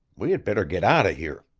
we had better get out of here.